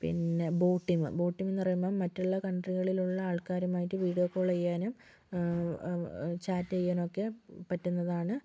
പിന്നെ Botim Botim എന്ന് പറയുമ്പോൾ മറ്റുള്ള കൺട്രികളിൽ ഉള്ള ആൾക്കാരുമായി വിഡിയോ കോൾ ചെയ്യാനും ചാറ്റ് ചെയ്യാൻ ഒക്കെ പറ്റുന്നതാണ്